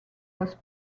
was